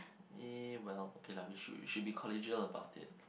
eh okay well lah we should should be collegial about it